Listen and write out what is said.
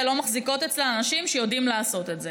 לא מחזיקות אצלם אנשים שיודעים לעשות את זה.